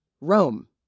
Rome